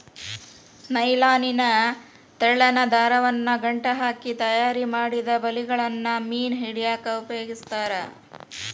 nylon ನ ತೆಳ್ಳನ ದಾರವನ್ನ ಗಂಟ ಹಾಕಿ ತಯಾರಿಮಾಡಿದ ಬಲಿಗಳನ್ನ ಮೇನ್ ಹಿಡ್ಯಾಕ್ ಉಪಯೋಗಸ್ತಾರ